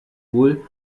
wohl